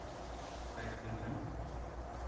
ᱠᱟᱭᱨᱟ ᱠᱟᱱᱴᱷᱟᱲ